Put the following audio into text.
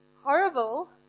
horrible